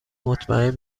مطمئن